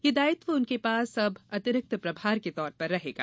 ये दायित्व उनके पास अब अंतिरिक्त प्रभार के तौर पर रहेगा